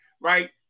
right